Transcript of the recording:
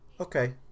okay